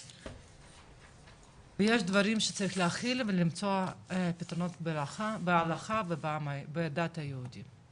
יש דברים שצריך להכיל ולמצוא פתרונות בהלכה ובדת היהודית.